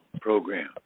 program